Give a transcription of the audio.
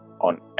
on